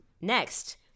Next